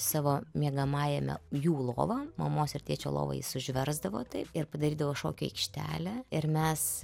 savo miegamajame jų lovą mamos ir tėčio lovą jis užversdavo taip ir padarydavo šokių aikštelę ir mes